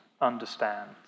understand